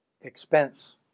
expense